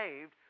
saved